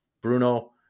Bruno